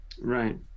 Right